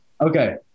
Okay